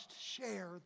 share